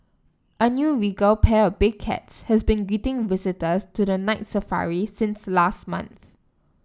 a new regal pair of big cats has been greeting visitors to the Night Safari since last month